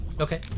Okay